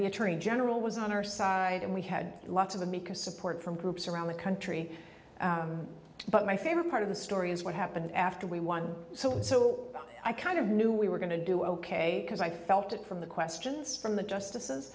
the attorney general was on our side and we had lots of amicus support from groups around the country but my favorite part of the story is what happened after we won so and so i kind of knew we were going to do ok because i felt it from the questions from the justices